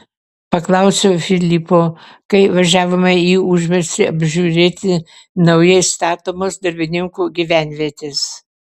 paklausiau filipo kai važiavome į užmiestį apžiūrėti naujai statomos darbininkų gyvenvietės